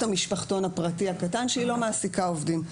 המשפחתון הפרטי הקטן שלא מעסיקה עובדים.